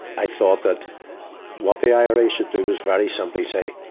i thought that what the ira should do was very simply say,